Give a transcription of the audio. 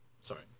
Sorry